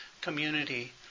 community